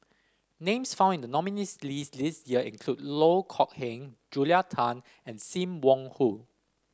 names found in the nominees' list this year include Loh Kok Heng Julia Tan and Sim Wong Hoo